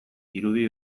irudi